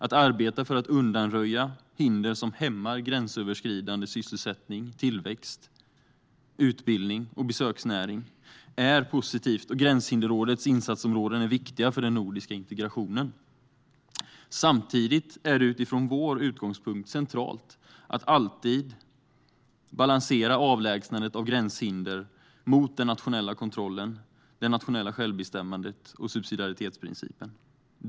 Att arbeta för att undanröja hinder som hämmar gränsöverskridande sysselsättning, tillväxt, utbildning och besöksnäring är positivt, och Gränshinderrådets insatsområden är viktiga för den nordiska integrationen. Samtidigt är det utifrån vår utgångspunkt centralt att alltid balansera avlägsnandet av gränshinder mot den nationella kontrollen, det nationella självbestämmandet och subsidiaritetsprincipen.